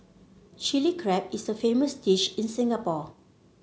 Chilli Crab is a famous dish in Singapore